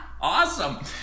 Awesome